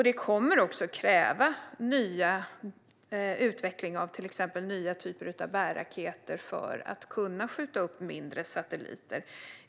Det kommer också att kräva utveckling av till exempel nya typer av bärraketer för att kunna skjuta upp mindre satelliter.